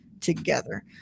together